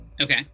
Okay